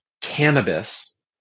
cannabis